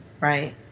right